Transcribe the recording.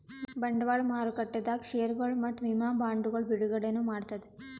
ಬಂಡವಾಳ್ ಮಾರುಕಟ್ಟೆದಾಗ್ ಷೇರ್ಗೊಳ್ ಮತ್ತ್ ವಿಮಾ ಬಾಂಡ್ಗೊಳ್ ಬಿಡುಗಡೆನೂ ಮಾಡ್ತದ್